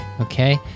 Okay